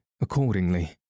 accordingly